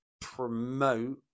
promote